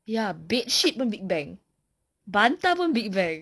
ya bedsheet pun big bang bantal pun big bang